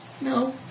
No